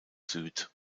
süd